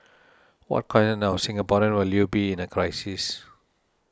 what kind of Singaporean will you be in a crisis